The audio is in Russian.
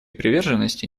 приверженности